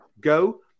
go